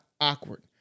awkward